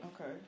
Okay